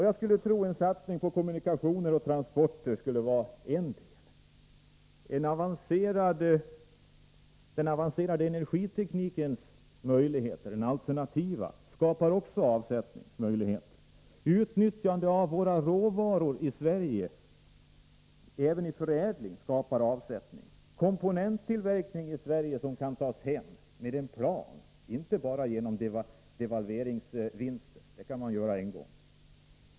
Jag skulle tro att en satsning på kommunikationer och transporter skulle vara en del av vad som behövs. Den avancerade tekniken för alternativ energi skapar också avsättningsmöjligheter. Utnyttjande av våra råvaror i Sverige, även i förädling, 'skapar avsättning. En plan för komponenttillverkning i Sverige behövs, inte bara med tanke på devalveringsvinster — det kan man göra en gång.